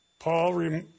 Paul